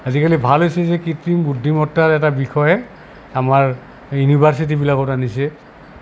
আজিকালি ভাল হৈছে যে কৃত্ৰিম বুদ্ধিমত্তাৰ এটা বিষয়ে আমাৰ ইউনিভাৰ্চিটিবিলাকত আনিছে